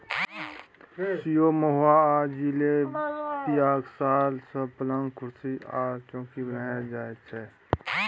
सीशो, महुआ आ जिलेबियाक साल सँ पलंग, कुरसी आ चौकी बनाएल जाइ छै